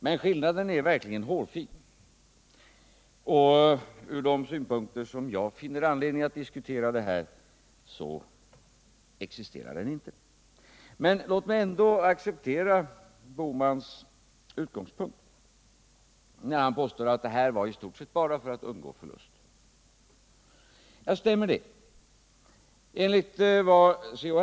Men skillnaden är verkligen hårfin, och från de synpunkter som jag finner anledning att diskutera den här frågan existerar den inte. Låt mig ändå acceptera Gösta Bohmans utgångspunkt, när han påstår att dispositionerna gjordes i stort sett bara för att undgå förluster. Stämmer det? Enligt vad C.-H.